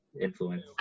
influence